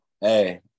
Hey